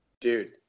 Dude